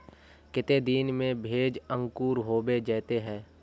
केते दिन में भेज अंकूर होबे जयते है?